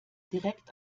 direkt